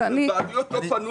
הבעלויות לא פנו